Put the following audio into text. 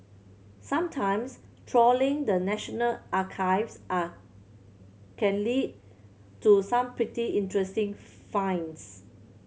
sometimes trawling the National Archives are can lead to some pretty interesting finds